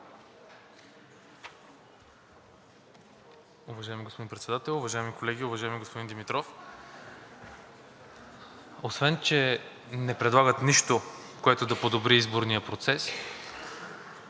Уважаеми господин Председател, уважаеми колеги! Уважаеми господин Димитров, освен че не предлагат нищо, което да подобри изборния процес,